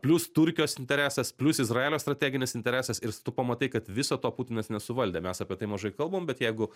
plius turkijos interesas plius izraelio strateginis interesas ir s tu pamatai kad viso to putinas nesuvaldė mes apie tai mažai kalbam bet jeigu